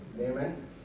Amen